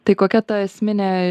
tai kokia ta esminė